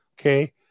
Okay